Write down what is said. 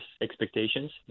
expectations